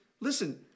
listen